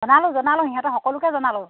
জনালোঁ জনালোঁ সিহঁতৰ সকলোকে জনালোঁ